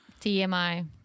TMI